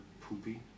poopy